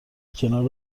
کنار